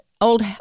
old